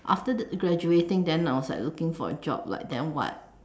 after that graduating then I was like looking for a job like then what